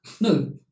No